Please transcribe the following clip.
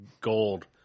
gold